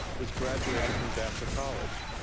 was graduating from vassar college.